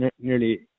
nearly